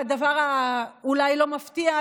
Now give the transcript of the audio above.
והדבר שאולי לא מפתיע,